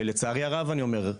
שלצערי הרב אני אומר,